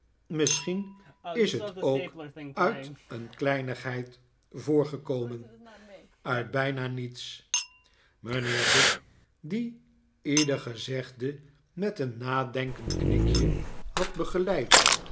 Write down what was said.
misschien is het ook uit een kleinigheid voortgekomen uit bijna niets mijnheer dick die ieder gezegde met een nadenkend knikje had begeleid